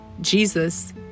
Jesus